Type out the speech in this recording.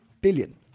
billion